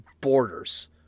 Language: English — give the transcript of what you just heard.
borders